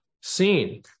seen